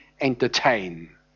entertain